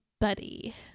buddy